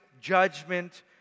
judgment